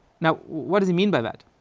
now, what does he mean by that?